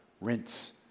Rinse